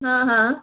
हां हां